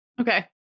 Okay